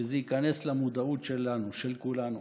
שזה ייכנס למודעות שלנו, של כולנו.